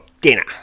dinner